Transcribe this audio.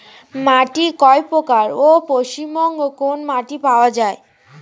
মাটি কয় প্রকার ও পশ্চিমবঙ্গ কোন মাটি পাওয়া য়ায়?